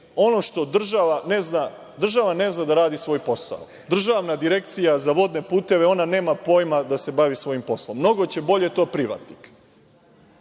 je objašnjenje, država ne zna da radi svoj posao, Državna direkcija za vodne puteve nema pojma da se bavi svojim poslom, mnogo će bolje to privatnik.